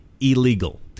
illegal